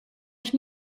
ich